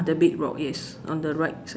the big rock yes on the right side